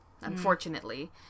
unfortunately